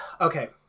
okay